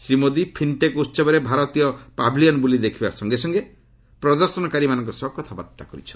Shri Modi fintech ଉହବରେ ଭାରତୀୟ pavilion ବୁଲି ଦେଖିବା ସଙ୍ଗେ ସଙ୍ଗେ ପ୍ରଦର୍ଶନକାରୀମାନଙ୍କ ସହ କଥାବାର୍ତ୍ତା କରିଛନ୍ତି